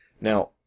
Now